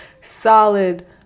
solid